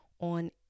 on